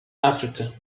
africa